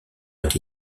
été